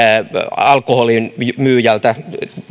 alkoholin myyjältä